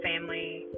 family